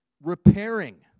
repairing